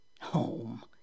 Home